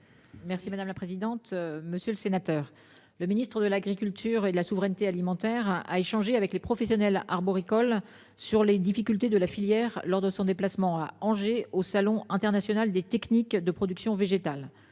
Merci madame la présidente, monsieur le sénateur, le Ministre de l'Agriculture et de la souveraineté alimentaire à échanger avec les professionnels arboricole sur les difficultés de la filière lors de son déplacement à Angers au Salon international des techniques de production végétale